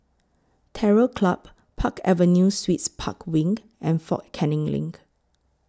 Terror Club Park Avenue Suites Park Wing and Fort Canning LINK